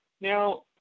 Now